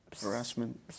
Harassment